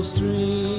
Street